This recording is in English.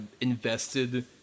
invested